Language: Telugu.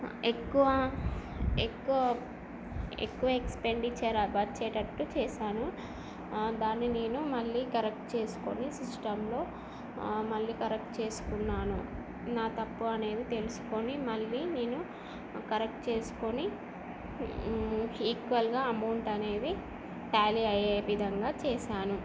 ఎక్కువ ఎక్కువ ఎక్కువ ఎక్స్పెండిచర్ వచ్చేటట్టు చేసాను దాన్ని నేను మళ్ళీ కరెక్ట్ చేసుకుని సిస్టంలో మళ్ళీ కరెక్ట్ చేసుకునాన్ను నా తప్పు అనేది తెలుసుకుని మళ్ళీ నేను కరెక్ట్ చేసుకుని ఈక్వల్గా అమౌంట్ అనేది టాలీ అయ్యే విధంగా చేసాను